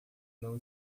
não